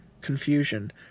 Confusion